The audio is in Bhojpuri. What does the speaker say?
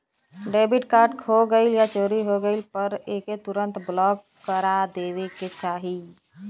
डेबिट कार्ड खो गइल या चोरी हो गइले पर एके तुरंत ब्लॉक करा देवे के चाही